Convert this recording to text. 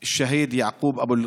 לי שהבינו, אדוני.